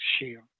shield